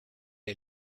est